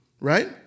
right